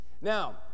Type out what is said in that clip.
now